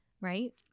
right